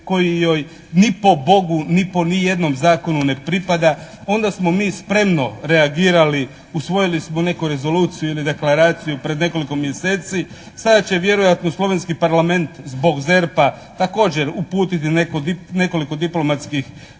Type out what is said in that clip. koji joj ni po Bogu, ni po ni jednom zakonu ne pripada onda smo mi spremno reagirali, usvojili smo neku rezoluciju ili deklaraciju pred nekoliko mjeseci. Sada će vjerojatno slovenski Parlament zbog ZERP-a također uputiti nekoliko diplomatskih